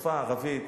השפה הערבית